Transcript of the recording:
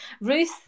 ruth